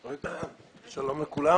שלום לכולם.